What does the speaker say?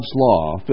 law